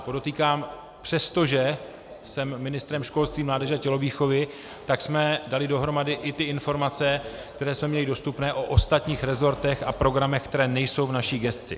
Podotýkám, přestože jsem ministrem školství, mládeže a tělovýchovy, tak jsme dali dohromady i ty informace, které jsme měli dostupné o ostatních resortech a programech, které nejsou v naší gesci.